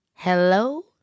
Hello